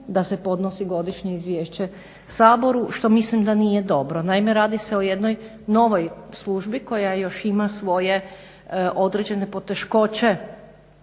da se podnosi godišnje izvješće Saboru što mislim da nije dobro. Naime, radi se o jednoj novoj službi koja još ima svoje određene poteškoće